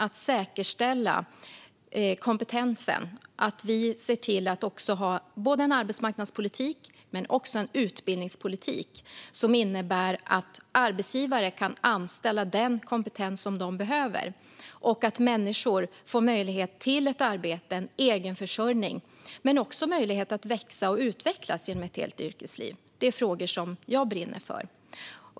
Att säkerställa kompetensen och att se till att vi har en arbetsmarknadspolitik och en utbildningspolitik som innebär att arbetsgivare kan anställa den kompetens som de behöver och att människor därtill får möjlighet till ett arbete och egenförsörjning men också möjlighet att växa och utvecklas genom ett helt yrkesliv - det är frågor som jag brinner för.